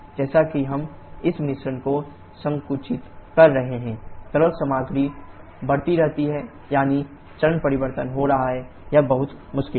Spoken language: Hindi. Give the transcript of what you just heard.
जैसा कि हम इस मिश्रण को संकुचित कर रहे हैं तरल सामग्री बढ़ती रहती है यानी चरण परिवर्तन हो रहा है यह बहुत मुश्किल है